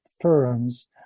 firms